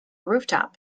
rooftop